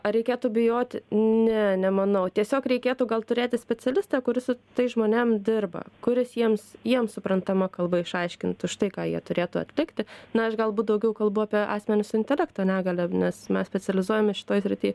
ar reikėtų bijoti ne nemanau tiesiog reikėtų gal turėti specialistą kuris su tais žmonėm dirba kuris jiems jiems suprantama kalba išaiškintų štai ką jie turėtų atlikti na aš galbūt daugiau kalbu apie asmenis su intelekto negalia nes mes specializuojamės šitoj srity